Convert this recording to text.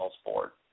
sport